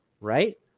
right